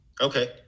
Okay